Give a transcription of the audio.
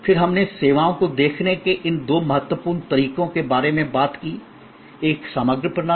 फिर हमने सेवाओं को देखने के इन दो महत्वपूर्ण तरीकों के बारे में बात की एक समग्र प्रणाली